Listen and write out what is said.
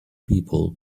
people